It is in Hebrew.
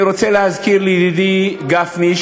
אני רוצה להזכיר לידידי גפני,